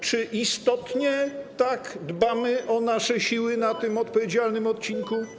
Czy istotnie tak dbamy o nasze siły na tym odpowiedzialnym odcinku?